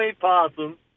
Possum